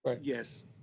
yes